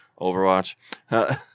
Overwatch